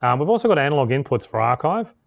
and we've also got analog inputs for archive.